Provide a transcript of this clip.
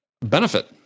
benefit